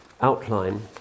outline